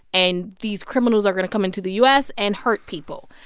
and these criminals are going to come into the u s. and hurt people.